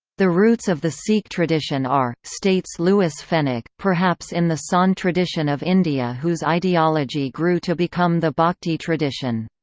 the roots of the sikh tradition are, states louis fenech, perhaps in the sant-tradition of india whose ideology grew to become the bhakti tradition.